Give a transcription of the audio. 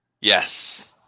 Yes